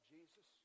Jesus